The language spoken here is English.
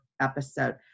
episode